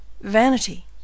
Vanity